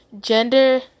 gender